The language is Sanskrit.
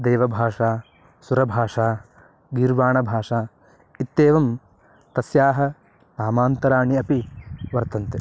देवभाषा सुरभाषा गीर्वाणभाषा इत्येवं तस्याः नामान्तराणि अपि वर्तन्ते